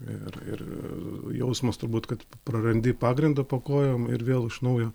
ir ir jausmas turbūt kad prarandi pagrindą po kojom ir vėl iš naujo